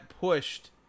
pushed